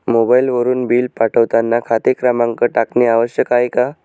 मोबाईलवरून बिल पाठवताना खाते क्रमांक टाकणे आवश्यक आहे का?